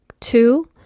Two